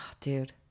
Dude